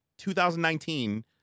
2019